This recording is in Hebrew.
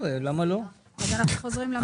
אנחנו חוזרים להסתייגויות של המחנה הממלכתי.